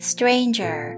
Stranger